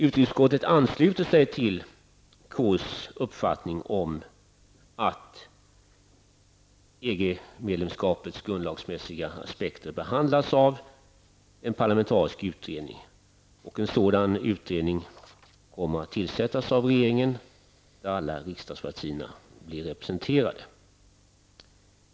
Utrikesutskottet ansluter sig till KUs uppfattning om att EG-medlemskapets grundlagsmässiga aspekter behandlas av en parlamentarisk utredning. En sådan utredning kommer att tillsättas nu av regeringen där alla riksdagspartier är representerade.